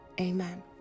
Amen